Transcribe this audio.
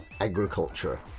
agriculture